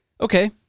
Okay